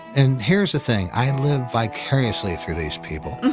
and here's the thing, i live vicariously through these people.